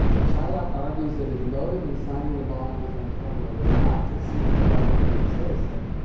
shylock argues that his motive in signing the bond with antonio was not to seek the life of any citizen,